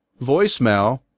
voicemail